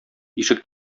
ишек